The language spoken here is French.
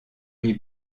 lui